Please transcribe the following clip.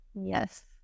yes